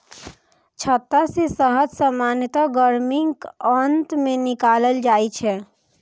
छत्ता सं शहद सामान्यतः गर्मीक अंत मे निकालल जाइ छै